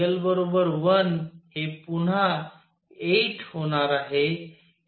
L बरोबर 1 हे पुन्हा 8 होणार आहे